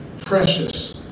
Precious